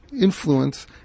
Influence